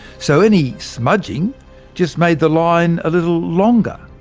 so any smudging just made the line a little longer,